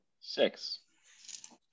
six